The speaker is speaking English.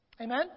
Amen